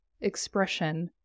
expression